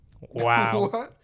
Wow